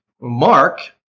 Mark